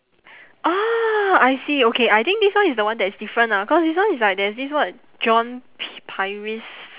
ah I see okay I think this one is the one that is different ah cause this one is like there's this what john p~ pieris